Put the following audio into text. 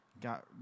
got